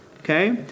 Okay